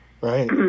Right